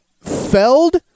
Feld